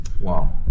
Wow